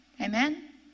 Amen